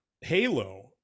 halo